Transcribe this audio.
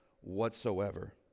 whatsoever